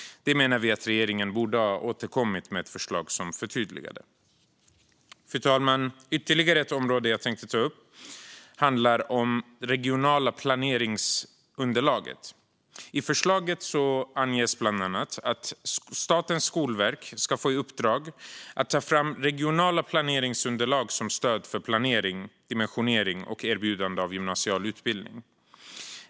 Vi menar att regeringen borde ha återkommit med ett förslag som förtydligade detta. Fru talman! Ytterligare ett område jag tänkte ta upp är regionala planeringsunderlag. I förslaget anges att Statens skolverk ska få i uppdrag att ta fram regionala planeringsunderlag som stöd för planering, dimensionering och erbjudande av gymnasial utbildning.